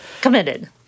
committed